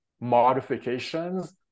modifications